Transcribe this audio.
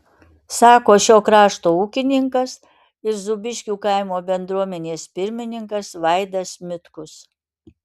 sako šio krašto ūkininkas ir zūbiškių kaimo bendruomenės pirmininkas vaidas mitkus